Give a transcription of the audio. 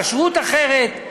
כשרות אחרת,